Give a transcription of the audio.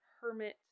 hermit